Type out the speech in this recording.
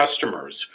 customers